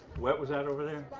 what was that over there?